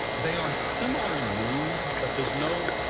they are similar in mood, but there's no,